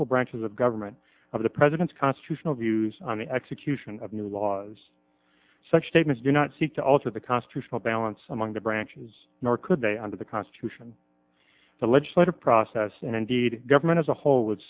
equal branches of government of the president's constitutional views on the execution of new laws such statements do not seek to alter the constitutional balance among the branches nor could they under the constitution the legislative process and indeed government as a whole would